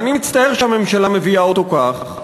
ואני מצטער שהממשלה מביאה אותו כך,